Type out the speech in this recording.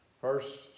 First